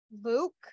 Luke